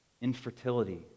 infertility